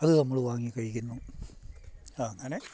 അതു നമ്മൾ വാങ്ങി കഴിക്കുന്നു അങ്ങനെ